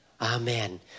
Amen